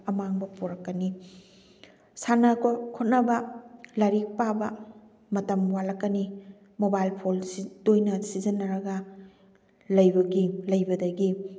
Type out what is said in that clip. ꯑꯃꯥꯡꯕ ꯄꯣꯔꯛꯀꯅꯤ ꯁꯥꯟꯅꯕ ꯈꯣꯠꯅꯕ ꯂꯥꯏꯔꯤꯛ ꯄꯥꯕ ꯃꯇꯝ ꯋꯥꯠꯂꯛꯀꯅꯤ ꯃꯣꯕꯥꯏꯜ ꯐꯣꯜ ꯇꯣꯏꯅ ꯁꯤꯖꯤꯟꯅꯔꯒ ꯂꯩꯕꯒꯤ ꯂꯩꯕꯗꯒꯤ